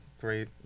great